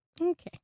Okay